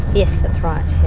yes, that's right.